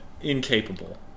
Incapable